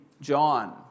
John